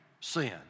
sin